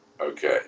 Okay